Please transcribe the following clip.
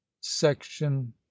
section